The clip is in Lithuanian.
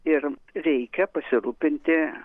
ir reikia pasirūpinti